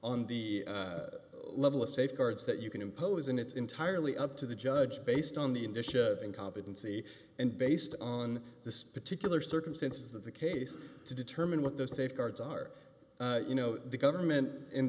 on the level of safeguards that you can impose and it's entirely up to the judge based on the initial incompetency and based on this particular circumstance of the case to determine what those safeguards are you know the government in